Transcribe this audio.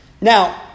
Now